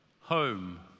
home